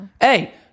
Hey